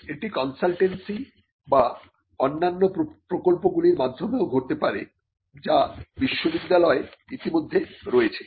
এটি কনসালটেন্সি বা অন্যান্য প্রকল্পগুলির মাধ্যমেও ঘটতে পারে যা বিশ্ববিদ্যালয়ে ইতিমধ্যে রয়েছে